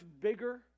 bigger